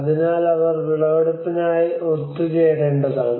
അതിനാൽ അവർ വിളവെടുപ്പിനായി ഒത്തുചേരേണ്ടതാണ്